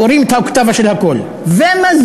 הוא הרים את האוקטבה של הקול: ומזגן.